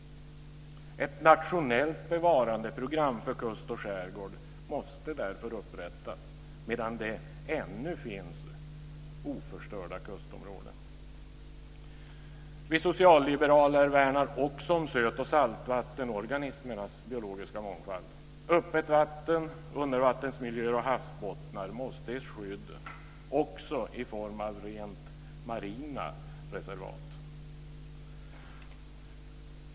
Ett nationellt bevarandeprogram för kust och skärgård måste därför upprättas medan det ännu finns oförstörda kustområden. Vi socialliberaler värnar också om söt och saltvattenorganismernas biologiska mångfald. Öppet vatten, undervattensmiljöer och havsbottnar måste ges skydd också i form av rent marina reservat.